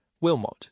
Wilmot